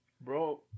Bro